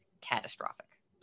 catastrophic